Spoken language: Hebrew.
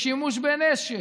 בשימוש בנשק,